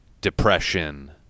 Depression